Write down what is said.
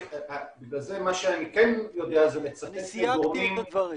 מה שאני כן יודע זה מצטט גורמים --- אני סייגתי את הדברים